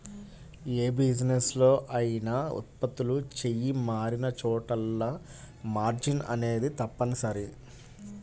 యే బిజినెస్ లో అయినా ఉత్పత్తులు చెయ్యి మారినచోటల్లా మార్జిన్ అనేది తప్పనిసరి